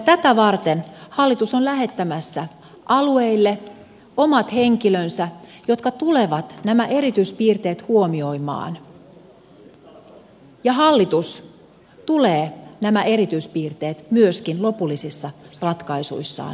tätä varten hallitus on lähettämässä alueille omat henkilönsä jotka tulevat nämä erityispiirteet huomioimaan ja hallitus tulee nämä erityispiirteet myöskin lopullisissa ratkaisuissaan huomioimaan